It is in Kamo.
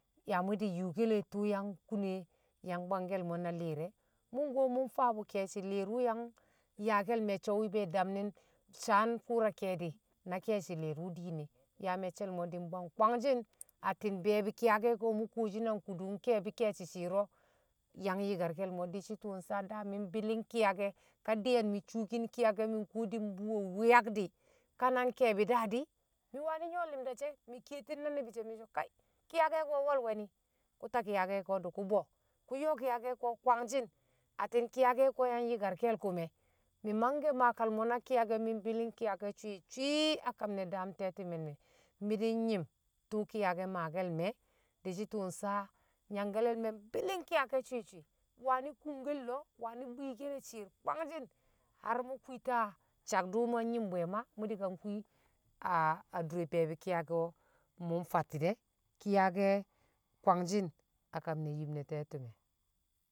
ya mṵ yuukele ti̱wṵ yang kune yang bwang mo̱ na li̱i̱r e̱, mṵ kuwo mum mfaabu ke̱e̱shi̱ li̱i̱rwṵ yang yaake̱l me̱cce̱ wṵ be̱e̱ damni̱n na ke̱e̱shi le̱e̱r wṵ diine yaa ne̱cce̱l mo̱ di̱ mbwang kwangshi̱n atti̱n be̱e̱bi̱ ki̱yake̱ ko̱ mṵ kuwoshi nang kudu nke̱e̱bi̱ ke̱e̱shi̱ shi̱i̱r o̱ yang yi̱karke̱l mo̱ dishi tiwṵ da mi̱ mbi̱li̱ng ki̱yake̱ ka di̱ye̱n mi̱ shuukin ki̱yake̱ mi̱ kuwo di̱ mbṵṵ we̱ wi̱yak di̱, ka na nke̱e̱bi̱ daadi̱ mi waani̱ nyṵwe̱ li̱mda she̱ mi kiyetin na ni̱bi̱ mi̱so̱ ki̱yake̱ ko̱ nwo̱l we̱ ni̱, kṵ ta kiyake̱ di̱ kṵ yo̱o̱, ku yo̱o̱ ki̱yake̱ke̱ kwangshi̱n atti̱n ki̱yake̱ ko̱ yang yi̱karke̱l kṵme̱, mi̱ mangke̱ maa kalmo̱ na ki̱yake̱ mi̱ mbi̱li̱ng ki̱yake̱ swi̱-swi̱ a kam ne daam ti̱me̱l me̱ mi̱ ili nyi̱m twṵ ki̱yake̱ maake̱l me̱ di̱shi̱ ti̱wṵ najangkale̱ le̱ me̱ mbi̱li̱ng ki̱yake̱ swi̱-swi̱ waani̱ kunke̱l lo̱o̱ waani̱ bwiikele shi̱i̱r kwangshi̱n mṵ kwilta sakdi mṵ nyi̱mbṵ e̱ a chire be̱e̱bi̱ ki̱yake̱ o̱ mṵ nfati̱ de̱ ki̱yake̱ kwangshin akam ne̱ yim ne̱ te̱ti̱me̱.